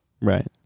Right